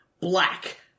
Black